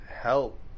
help